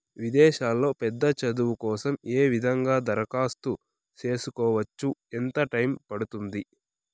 విదేశాల్లో పెద్ద చదువు కోసం ఏ విధంగా దరఖాస్తు సేసుకోవచ్చు? ఎంత టైము పడుతుంది?